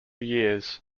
years